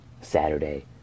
Saturday